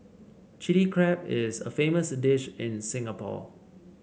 Chilli Crab is a famous dish in Singapore